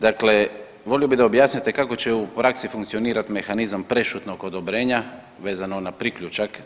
Dakle volio bi da objasnite kako će u praksi funkcionirat mehanizam prešutnog odobrenja vezano za priključak.